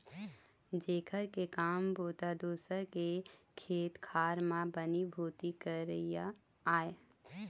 जेखर के काम बूता दूसर के खेत खार म बनी भूथी करई आय